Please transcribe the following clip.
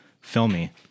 filmy